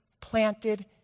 planted